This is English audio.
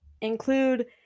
Include